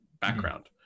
background